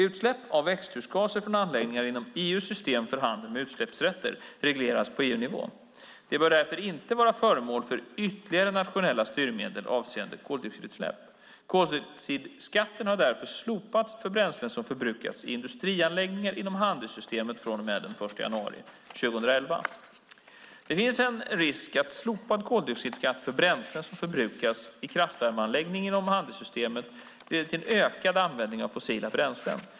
Utsläpp av växthusgaser från anläggningar inom EU:s system för handel med utsläppsrätter regleras på EU-nivå. De bör därför inte vara föremål för ytterligare nationella styrmedel avseende koldioxidutsläpp. Koldioxidskatten har därför slopats för bränslen som förbrukas i industrianläggningar inom handelssystemet från och med den 1 januari 2011. Det finns en risk att slopad koldioxidskatt för bränslen som förbrukas i kraftvärmeanläggningar inom handelssystemet leder till ökad användning av fossila bränslen.